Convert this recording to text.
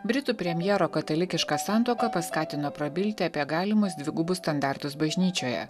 britų premjero katalikiška santuoka paskatino prabilti apie galimus dvigubus standartus bažnyčioje